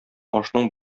ашның